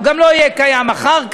הוא גם לא יהיה קיים אחר כך.